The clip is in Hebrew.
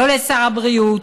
לא לשר הבריאות,